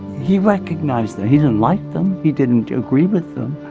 he recognized that. he didn't like them he didn't agree with them.